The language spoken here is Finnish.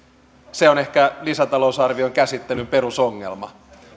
se on ehkä lisätalousarvion käsittelyn perusongelma